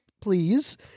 please